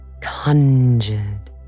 conjured